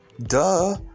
Duh